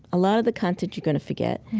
a lot of the content you're going to forget,